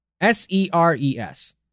S-E-R-E-S